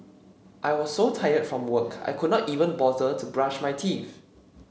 I was so tired from work I could not even bother to brush my teeth